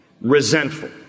resentful